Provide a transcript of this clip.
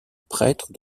prêtre